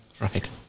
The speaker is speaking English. Right